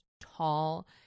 Tall